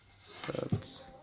Sets